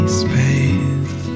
space